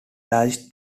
lies